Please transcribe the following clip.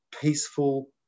peaceful